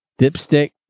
Dipstick